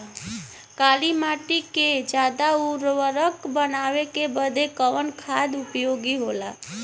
काली माटी के ज्यादा उर्वरक बनावे के बदे कवन खाद उपयोगी होला?